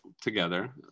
together